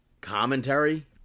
commentary